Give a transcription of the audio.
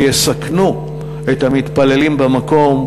שיסכנו את המתפללים במקום,